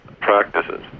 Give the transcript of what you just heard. practices